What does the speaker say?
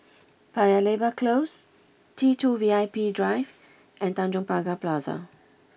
Paya Lebar Close T two V I P Drive and Tanjong Pagar Plaza